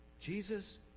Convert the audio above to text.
Jesus